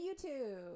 YouTube